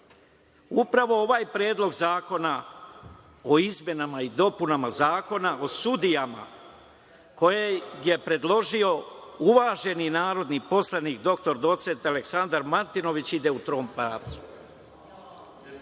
citat. Upravo ovaj predlog zakona o izmenama i dopunama Zakona o sudijama koji je predložio uvaženi narodni poslanik dr docent Aleksandar Martinović ide u tom